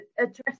address